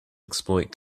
exploit